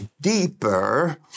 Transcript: deeper